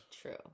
True